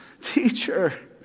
teacher